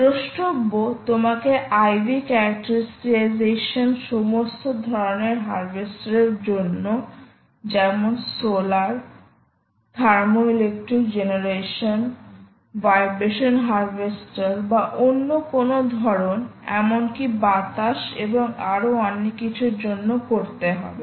দ্রষ্টব্য তোমাকে IV characterization সমস্ত ধরণের হারভেস্টার এর জন্য যেমন solar thermoelectric generation vibration harvester বা অন্য কোনও ধরণ এমনকি বাতাস এবং আরও অনেক কিছুর জন্য করতে হবে